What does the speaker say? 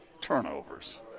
turnovers